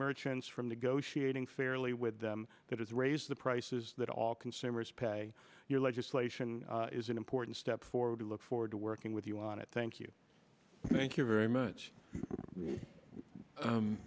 merchants from negotiating fairly with them that has raised the prices that all consumers pay your legislation is an important step forward to look forward to working with you on it thank you thank you very much